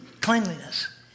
cleanliness